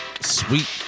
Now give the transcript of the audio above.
sweet